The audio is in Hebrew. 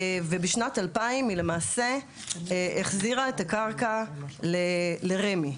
ובשנת 2000 היא למעשה החזירה את הקרקע לרמ"י.